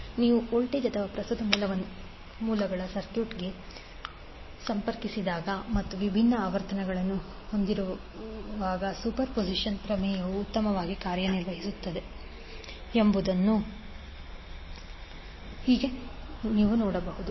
328sin 5t10° V ನೀವು voltage ಅಥವಾ ಪ್ರಸ್ತುತ ಮೂಲಗಳನ್ನು ಸರ್ಕ್ಯೂಟ್ಗೆ ಸಂಪರ್ಕಿಸಿದಾಗ ಮತ್ತು ವಿಭಿನ್ನ ಆವರ್ತನಗಳನ್ನು ಹೊಂದಿರುವಾಗ ಸೂಪರ್ಪೋಸಿಷನ್ ಪ್ರಮೇಯವು ಉತ್ತಮವಾಗಿ ಕಾರ್ಯನಿರ್ವಹಿಸುತ್ತದೆ ಎಂಬುದನ್ನು ಈಗ ನೀವು ನೋಡಬಹುದು